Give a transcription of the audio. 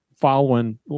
following